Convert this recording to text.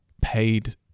paid